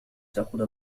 تأخذ